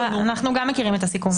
אנחנו גם מכירים את הסיכום הזה.